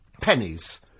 pennies